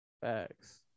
Facts